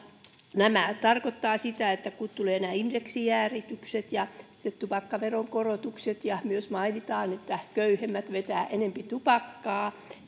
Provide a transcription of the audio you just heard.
sitähän se tarkoittaa kun tulevat nämä indeksijäädytykset ja sitten tupakkaveron korotukset ja myös mainitaan että köyhemmät vetävät enempi tupakkaa